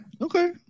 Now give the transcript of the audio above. Okay